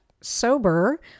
sober